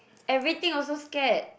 everything also scared